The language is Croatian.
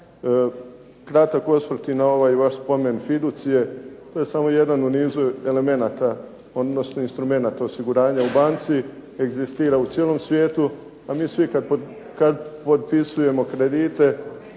Kratak osvrt i na ovaj vaš spomen fiducije. To je samo jedan u nizu elemenata, odnosno instrumenata osiguranja u banci. Egzistira u cijelom svijetu. A mi svi kada potpisujemo kredite,